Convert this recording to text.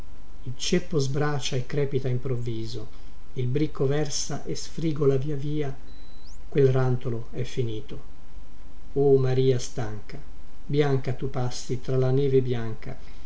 ceppo sbracia e crepita improvviso il bricco versa e sfrigola via via quel rantolo è finito o maria stanca bianca tu passi tra la neve bianca